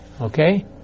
Okay